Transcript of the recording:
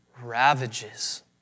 ravages